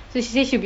so she said she'd be